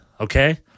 Okay